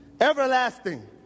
everlasting